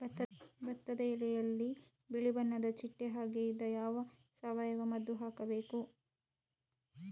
ಭತ್ತದ ಎಲೆಯಲ್ಲಿ ಬಿಳಿ ಬಣ್ಣದ ಚಿಟ್ಟೆ ಹಾಗೆ ಇದ್ದಾಗ ಯಾವ ಸಾವಯವ ಮದ್ದು ಹಾಕಬೇಕು?